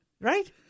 right